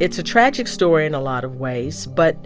it's a tragic story in a lot of ways, but